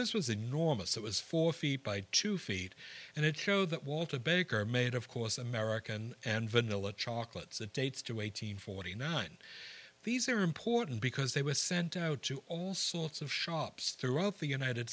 this was enormous it was four feet by two feet and it showed that wall to baker made of course american and vanilla chocolates and dates to eight hundred and forty nine these are important because they were sent out to all sorts of shops throughout the united